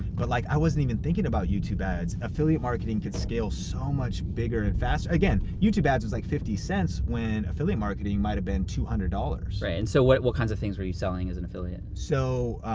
but like i wasn't even thinking about youtube ads. affiliate marketing can scale so much bigger and faster. again, youtube ads was like fifty cents when affiliate marketing might have been two hundred dollars. right, and so what what kinds of things were you selling as an affiliate? so,